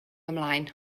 ymlaen